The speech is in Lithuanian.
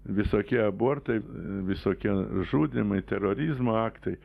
visokie abortai visokie žudymai terorizmo aktai